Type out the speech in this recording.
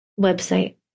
website